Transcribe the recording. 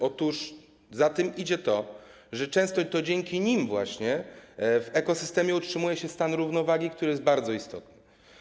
Otóż za tym idzie to, że często to dzięki nim właśnie w ekosystemie utrzymuje się stan równowagi, który jest bardzo istotny.